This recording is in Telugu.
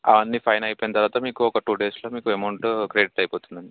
అవన్నీ ఫైన్ అయిపోయిన తర్వాత మీకు ఒక టూ డేస్లో మీకు అమౌంటు క్రెడిట్ అయిపోతుంది అండి